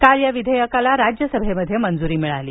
काल या विधेयकाला राज्यसभेमध्ये मंजूरी मिळाली